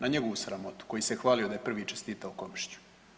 Na njegovu sramotu koji se hvalio da je prvi čestitao Komšiću.